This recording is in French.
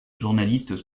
journalistes